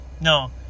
No